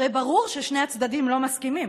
הרי ברור ששני הצדדים לא מסכימים.